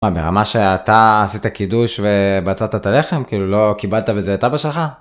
מה, ברמה שאתה... עשית קידוש, ו...בצעת את הלחם? כאילו, לא... כיבדת בזה את אבא שלך?